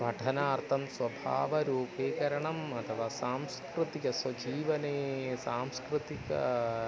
पठनार्थं स्वभावरूपीकरणम् अथवा सांस्कृतिक स्वजीवने सांस्कृतिक